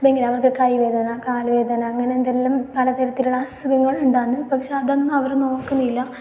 ഭയങ്കര അവർക്ക് കൈ വേദന കാല് വേദന അങ്ങനെ എന്തെല്ലാം പലതരത്തിലുള്ള അസുഖങ്ങൾ ഉണ്ടാകുന്നു പക്ഷേ അതൊന്നും അവർ നോക്കുന്നില്ല